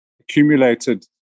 accumulated